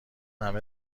همه